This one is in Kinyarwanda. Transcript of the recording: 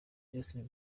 justin